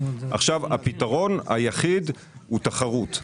עכשיו, הפתרון היחיד הוא תחרות.